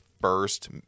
first